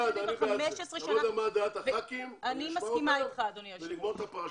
אני מסכימה איתך, אדוני היושב-ראש.